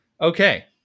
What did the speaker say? Okay